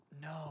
No